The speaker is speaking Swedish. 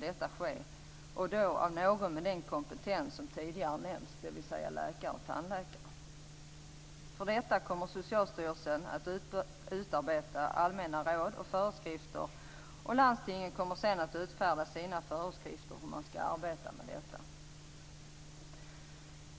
Det skall då göras av någon med den kompetens som tidigare nämnts, dvs. läkare och tandläkare. För detta kommer Socialstyrelsen att utarbeta allmänna råd och föreskrifter. Landstingen kommer sedan att utfärda sina föreskrifter för hur man skall arbeta med detta.